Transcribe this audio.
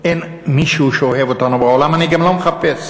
אין מישהו שאוהב אותנו בעולם, אני גם לא מחפש.